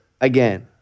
again